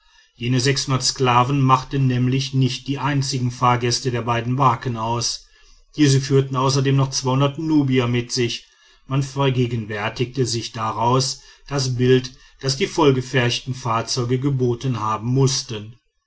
jene sklaven machten nämlich nicht die einzigen fahrgäste der beiden barken aus diese führten außerdem noch nubier mit sich man vergegenwärtige sich daraus das bild das die vollgepferchten fahrzeuge geboten haben mußten